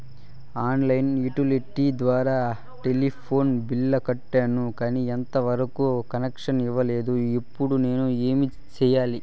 On line utility ద్వారా telephone bill కట్టాను, కానీ ఎంత వరకు కనెక్షన్ ఇవ్వలేదు, ఇప్పుడు నేను ఏమి సెయ్యాలి?